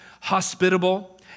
hospitable